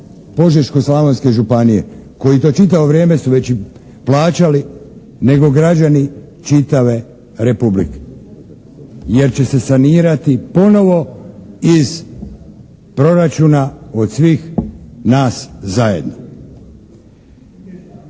Požeško-slavonske županije koji to čitavo vrijeme su već i plaćali, nego građani čitave Republike jer će se sanirati ponovo iz proračuna od svih nas zajedno.